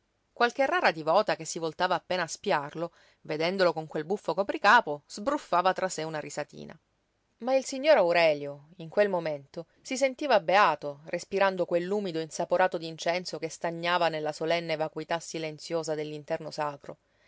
qualche rara divota che si voltava appena a spiarlo vedendolo con quel buffo copricapo sbruffava tra sé una risatina ma il signor aurelio in quel momento si sentiva beato respirando quell'umido insaporato d'incenso che stagnava nella solenne vacuità silenziosa dell'interno sacro